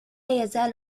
يزال